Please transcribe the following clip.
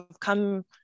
come